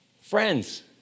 Friends